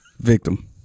Victim